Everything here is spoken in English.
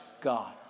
God